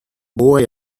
boy